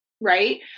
right